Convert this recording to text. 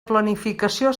planificació